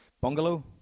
Bungalow